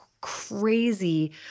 crazy